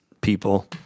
people